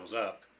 up